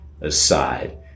aside